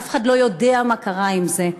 אף אחד לא יודע מה קרה עם זה.